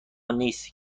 نیست